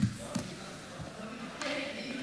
היי.